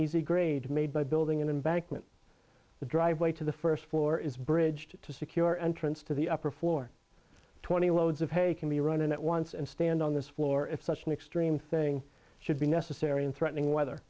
easy grade made by building an embankment the driveway to the first floor is bridged to secure entrance to the upper floor twenty loads of hay can be run at once and stand on this floor if such an extreme thing should be necessary in threatening weather